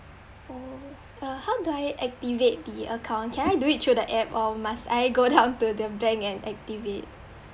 oh uh how do I activate the account can I do it through the app or must I go down to the bank and activate